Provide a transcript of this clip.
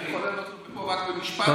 יכול לומר רק במשפט?